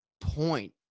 point